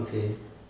okay